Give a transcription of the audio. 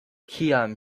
kiam